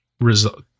result